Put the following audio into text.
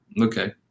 Okay